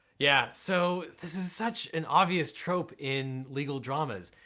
yeah, so this is such an obvious trope in legal dramas.